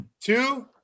Two